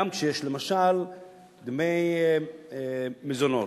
גם כשיש למשל דמי מזונות.